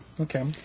Okay